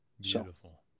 Beautiful